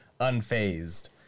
unfazed